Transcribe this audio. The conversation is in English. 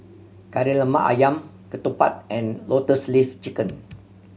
Kari Lemak Ayam ketupat and Lotus Leaf Chicken